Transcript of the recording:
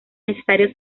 necesario